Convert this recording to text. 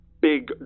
Big